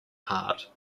heart